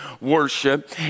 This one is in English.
worship